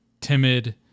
timid